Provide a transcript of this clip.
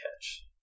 catch